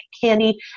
candy